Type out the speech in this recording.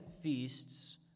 feasts